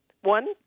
one